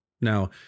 Now